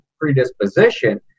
predisposition